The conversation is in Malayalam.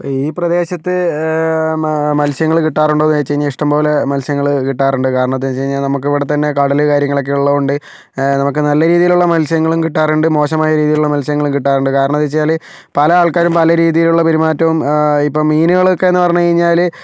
ഈ പ്രദേശത്ത് മ മത്സ്യങ്ങൾ കിട്ടാറുള്ളത് എന്ന് വെച്ച് കഴിഞ്ഞാൽ ഇഷ്ടംപോലെ മത്സ്യങ്ങൾ കിട്ടാറുണ്ട് കാരണം എന്ത് എന്ന് വെച്ച് കഴിഞ്ഞാൽ നമുക്ക് ഇവിടെ തന്നെ കടല് കാര്യങ്ങളൊക്കെ ഉള്ളത് കൊണ്ട് നമുക്ക് നല്ല രീതിയിലുള്ള മത്സ്യങ്ങളും കിട്ടാറുണ്ട് മോശമായ രീതിയിലുള്ള മത്സ്യങ്ങളും കിട്ടാറുണ്ട് കാരണം എന്ന് വെച്ചാല് പല ആൾക്കാരും പല രീതിയിലുള്ള പെരുമാറ്റവും ഇപ്പോൾ മീനുകൾ ഒക്കെ എന്ന് പറഞ്ഞു കഴിഞ്ഞാല്